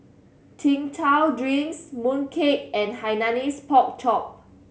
Chin Chow drinks mooncake and Hainanese Pork Chop